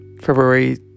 February